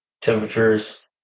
temperatures